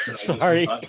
sorry